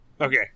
Okay